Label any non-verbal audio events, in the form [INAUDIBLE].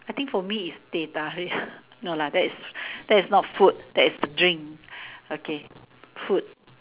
I think for me is teh-tarik [BREATH] no lah that that's not food that's drink okay food